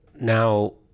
Now